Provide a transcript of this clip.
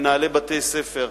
מנהלי בתי-ספר.